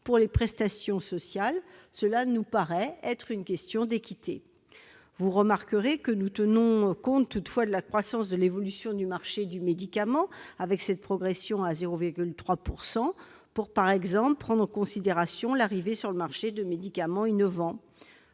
pour les prestations sociales : cela nous semble être une question d'équité. Vous remarquerez que nous tenons compte toutefois de la croissance de l'évolution du marché du médicament avec cette progression à 0,3 % pour, par exemple, prendre en considération l'arrivée sur le marché de médicaments innovants.